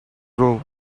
room